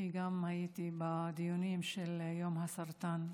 כי הייתי גם בדיונים של יום הסרטן.